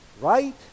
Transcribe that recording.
Right